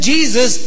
Jesus